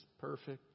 perfect